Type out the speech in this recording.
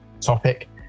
topic